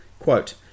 Quote